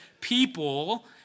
people